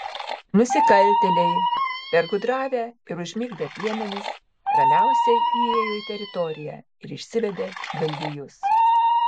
nusikaltėliai pergudravę ir užmigdę piemenis ramiausiai įėjo į teritoriją ir išsivedė galvijus